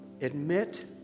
Admit